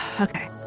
Okay